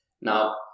Now